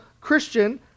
Christian